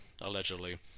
allegedly